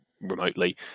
remotely